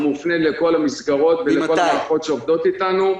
הוא מופנה לכל המסגרות והמערכות שעובדות איתנו.